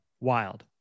Wild